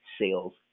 sales